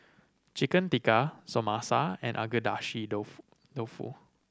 Chicken Tikka Samosa and Agedashi Dofu Dofu